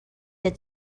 had